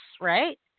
right